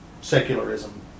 secularism